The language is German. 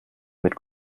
mit